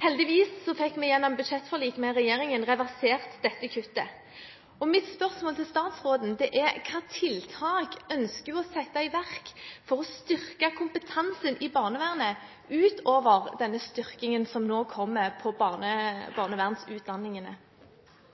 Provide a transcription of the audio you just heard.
Heldigvis fikk vi gjennom budsjettforliket med regjeringen reversert dette kuttet. Mitt spørsmål til statsråden er: Hvilke tiltak ønsker hun å sette i verk for å styrke kompetansen i barnevernet utover den styrkingen som nå kommer på barnevernutdanningene?